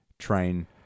Train